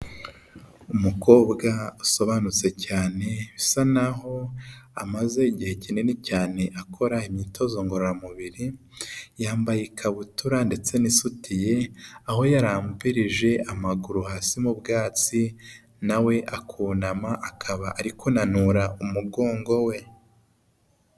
Umukobwa asobanutse cyane bisa n'aho amaze igihe kinini cyane akora imyitozo ngororamubiri, yambaye ikabutura ndetse n'isutiye aho yarambererije amaguru hasi mu bwatsi nawe akunama akaba ari kunanura umugongo we.